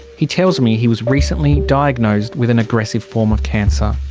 he tells me he was recently diagnosed with an aggressive form of cancer.